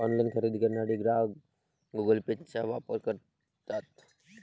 online खरेदी करण्यासाठी ग्राहक गुगल पेचा वापर करतात